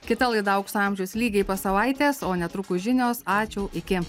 kita laida aukso amžius lygiai po savaitės o netrukus žinios ačiū iki